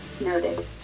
Noted